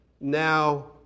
now